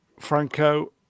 Franco